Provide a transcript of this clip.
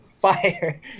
fire